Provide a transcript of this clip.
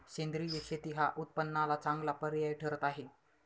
सेंद्रिय शेती हा उत्पन्नाला चांगला पर्याय ठरत आहे